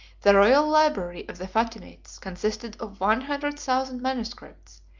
the royal library of the fatimites consisted of one hundred thousand manuscripts,